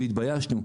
והתביישנו.